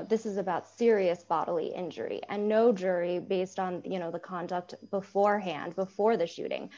know this is about serious bodily injury and no jury based on you know the conduct beforehand before the shooting